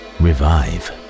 revive